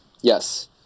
yes